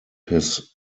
his